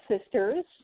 sisters